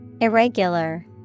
Irregular